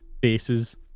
bases